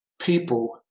people